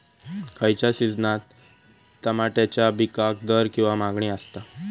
खयच्या सिजनात तमात्याच्या पीकाक दर किंवा मागणी आसता?